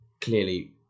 Clearly